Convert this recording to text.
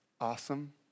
Awesome